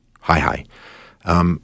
Hi-hi